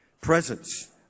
presence